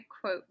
quote